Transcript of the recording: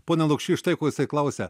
pone lukšy štai ko jisai klausia